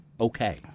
okay